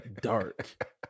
dark